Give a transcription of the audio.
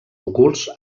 ocults